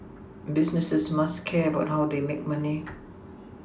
businesses must care about how they make money